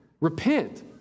Repent